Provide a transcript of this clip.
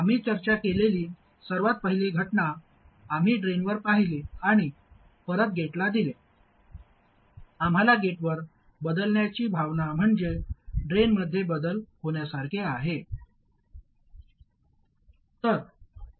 आम्ही चर्चा केलेली सर्वात पहिली घटना आम्ही ड्रेनवर पाहिली आणि परत गेटला दिले आम्हाला गेटवर बदलण्याची भावना म्हणजे ड्रेनमध्ये बदल होण्यासारखे होते